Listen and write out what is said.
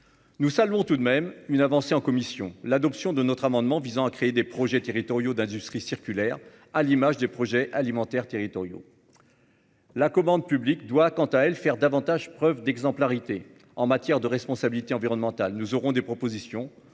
Nous saluons tout de même une avancée intervenue en commission, grâce à l'adoption de notre amendement visant à créer des projets territoriaux d'industrie circulaire, à l'image des projets alimentaires territoriaux (PAT). La commande publique doit, quant à elle, être plus exemplaire en matière de responsabilité environnementale. Nous ferons des propositions